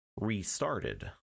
restarted